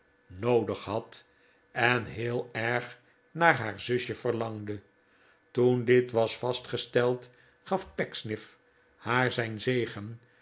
noodig had en heel erg naar haar zuster verlangde toen dit was vastgesteld gaf pecksniff haar zijn zegen